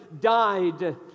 died